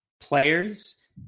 players